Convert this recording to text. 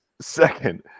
second